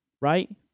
right